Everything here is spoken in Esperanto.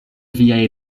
viaj